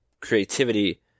creativity